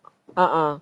ah ah